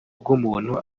bw’umuntu